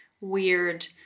weird